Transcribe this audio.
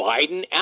Biden